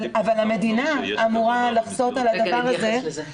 אבל המדינה אמורה לכסות על הדבר הזה.